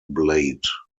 blade